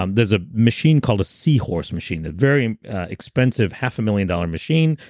um there's a machine called a sea horse machine, a very expensive, half a million dollar machine,